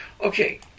Okay